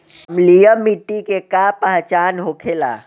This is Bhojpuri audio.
अम्लीय मिट्टी के का पहचान होखेला?